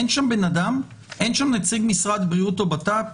אין שם בן אדם, אין שם נציג משרד הבריאות או בט"פ?